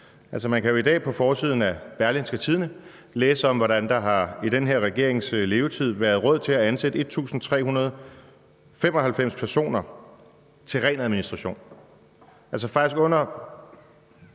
Man kan i dag på forsiden af Berlingske Tidende læse om, hvordan der i den her regerings levetid har været råd til at ansætte 1.395 personer til ren administration.